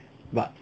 but